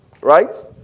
right